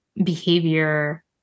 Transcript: behavior